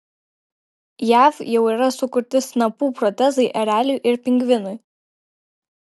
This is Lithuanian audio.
jav jau yra sukurti snapų protezai ereliui ir pingvinui